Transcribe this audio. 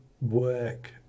work